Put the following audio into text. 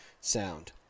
sound